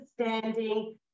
understanding